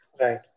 Right